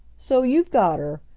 so you've got her?